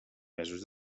mesos